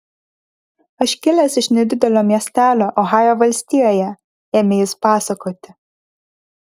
aš kilęs iš nedidelio miestelio ohajo valstijoje ėmė jis pasakoti